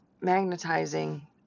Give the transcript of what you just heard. magnetizing